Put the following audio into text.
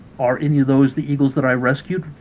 are any of those the eagles that i rescued?